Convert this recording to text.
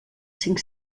cinc